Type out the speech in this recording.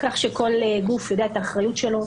כך שכל גוף יודע את האחריות שלו: